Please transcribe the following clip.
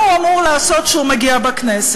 מה הוא אמור לעשות כשהוא מגיע בכנסת?